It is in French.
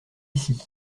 ici